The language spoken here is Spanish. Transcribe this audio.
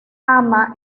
ama